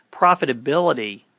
profitability